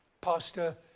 pastor